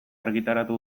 argitaratu